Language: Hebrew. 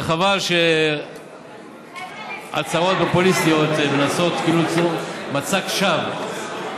וחבל שהצעות פופוליסטיות מנסות ליצור מצג שווא,